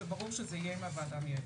זה ברור שזה יהיה עם הוועדה המייעצת.